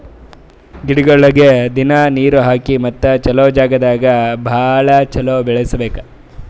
ಗಿಡಗೊಳಿಗ್ ದಿನ್ನಾ ನೀರ್ ಹಾಕಿ ಮತ್ತ ಚಲೋ ಜಾಗ್ ದಾಗ್ ಭಾಳ ಚಲೋ ಬೆಳಸಬೇಕು